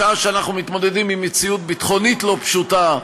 בשעה שאנחנו מתמודדים עם מציאות ביטחונית לא פשוטה,